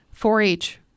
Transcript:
4-H